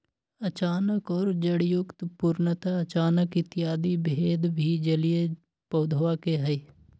अचानक और जड़युक्त, पूर्णतः अचानक इत्यादि भेद भी जलीय पौधवा के हई